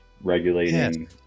regulating